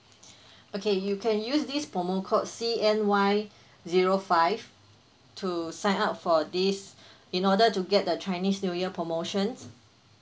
okay you can use this promo code C N Y zero five to sign up for this in order to get the chinese new year promotions